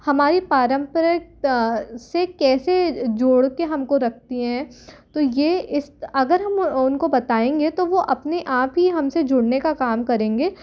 हमारी पारंपरिक से कैसे जोड़ के हमको रखती हैं तो ये इस अगर हम उनको बताएंगे तो वो अपनी आप ही हमसे जुड़ने का काम करेंगे